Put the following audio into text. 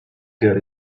good